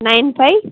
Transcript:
nine five